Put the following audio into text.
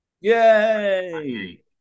Yay